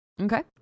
Okay